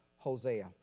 Hosea